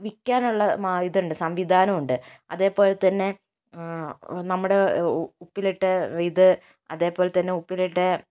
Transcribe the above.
വിക്കാനുള്ള ഇത് ഉണ്ട് സംവിധാനമുണ്ട് അതേപോലെ തന്നെ നമ്മുടെ ഉപ്പിലിട്ട ഇത് അതേപോലെ തന്നെ ഉപ്പിലിട്ട